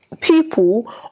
people